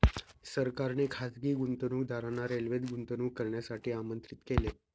सरकारने खासगी गुंतवणूकदारांना रेल्वेत गुंतवणूक करण्यासाठी आमंत्रित केले